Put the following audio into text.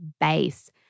base